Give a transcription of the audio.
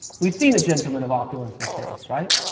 we've seen a gentleman of opulence and taste, right?